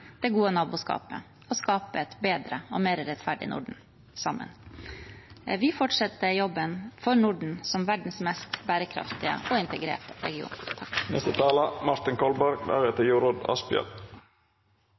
det gode naboskapet og skape et bedre og mer rettferdig Norden, sammen. Vi fortsetter jobben for Norden som verdens mest bærekraftige og integrerte region.